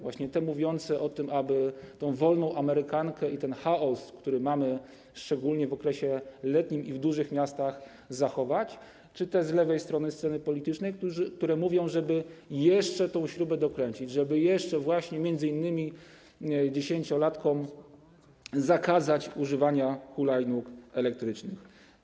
Właśnie te mówiące o tym, aby tę wolnoamerykankę i ten chaos, który mamy, szczególnie w okresie letnim w dużych miastach, zachować, czy te padające z lewej strony sceny politycznej, które mówią, żeby jeszcze tę śrubę dokręcić, żeby m.in. dziesięciolatkom zakazać używania hulajnóg elektrycznych?